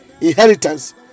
inheritance